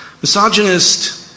misogynist